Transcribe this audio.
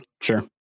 Sure